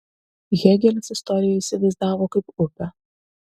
hėgelis istoriją įsivaizdavo kaip upę